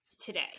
today